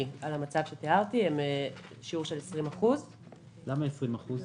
על המצב שתיארתי הוא 20%. למה 20%?